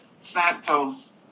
Santos